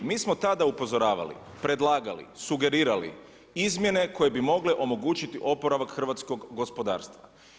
Mi smo tada upozoravali, predlagali, sugerirali izmjene koje bi mogle omogućiti oporavak hrvatskog gospodarstva.